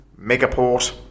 Megaport